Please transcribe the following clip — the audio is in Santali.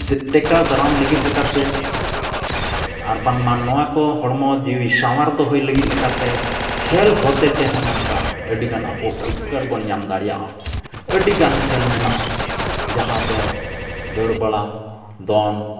ᱴᱮᱠᱟᱣ ᱫᱟᱨᱟᱢ ᱞᱟᱹᱜᱤᱫ ᱞᱮᱠᱟᱛᱮ ᱟᱨ ᱵᱟᱝᱢᱟ ᱱᱚᱣᱟ ᱠᱚ ᱦᱚᱲᱢᱚ ᱡᱤᱣᱤ ᱥᱟᱶᱟᱨ ᱫᱚᱦᱚᱭ ᱞᱟᱹᱜᱤᱫ ᱞᱮᱠᱟᱛᱮ ᱠᱷᱮᱞ ᱦᱚᱛᱮ ᱛᱮᱦᱚᱸ ᱱᱚᱝᱠᱟ ᱟᱹᱰᱤᱜᱟᱱ ᱟᱵᱚ ᱩᱯᱠᱟᱨᱵᱚᱱ ᱧᱟᱢ ᱫᱟᱲᱮᱭᱟᱜᱼᱟ ᱟᱹᱰᱤᱜᱟᱱ ᱠᱷᱮᱞ ᱢᱮᱱᱟᱜᱼᱟ ᱡᱟᱦᱟᱸ ᱫᱚ ᱫᱟᱹᱲ ᱵᱟᱲᱟ ᱫᱚᱱ